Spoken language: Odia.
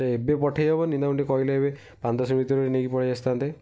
ଏବେ ପଠାଇ ହେବନି ତାଙ୍କୁ ଟିକେ କହିଲ ଏବେ ପାଞ୍ଚ ଦଶ ମିନିଟ୍ ଭିତରେ ନେଇକି ପଳାଇ ଆସିଥାନ୍ତେ